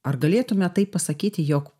ar galėtume taip pasakyti jog